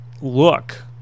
look